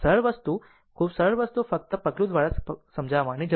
તેથી આ સરળ વસ્તુ ખૂબ સરળ વસ્તુ ફક્ત પગલું દ્વારા પગલું સમજવાની છે